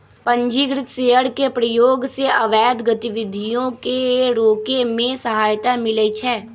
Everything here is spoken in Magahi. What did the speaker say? पंजीकृत शेयर के प्रयोग से अवैध गतिविधियों के रोके में सहायता मिलइ छै